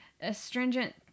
astringent